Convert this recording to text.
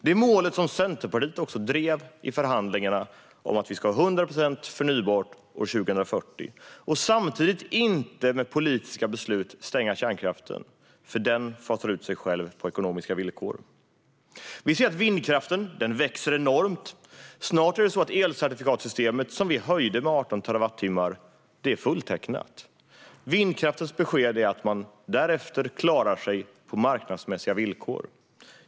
Det målet drev också Centerpartiet i förhandlingarna om att vi ska ha 100 procent förnybart 2040. Samtidigt ska vi inte med politiska beslut stänga kärnkraften, för den fasar ut sig själv på ekonomiska villkor. Vi ser att vindkraften växer enormt. Elcertifikatssystemet, som vi höjde med 18 terawattimmar, är snart fulltecknat. Vindkraftsbranschens besked är att man därefter klarar sig på marknadsmässiga villkor.